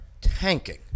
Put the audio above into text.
tanking